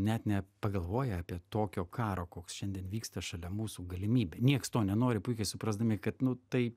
net nepagalvoja apie tokio karo koks šiandien vyksta šalia mūsų galimybę niekas to nenori puikiai suprasdami kad nu tai